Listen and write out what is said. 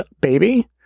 baby